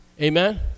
Amen